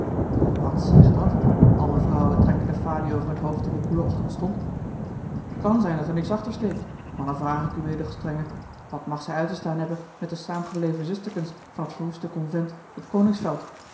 wat zegt dat alle vrouwen trekken de falie over het hoofd in den koelen ochtendstond het kan zijn dat er niets achtersteekt maar dan vrage ik uwedelgestrenge wat mag zij uit te staan hebben met de saamgebleven zusterkens van t verwoeste convent tot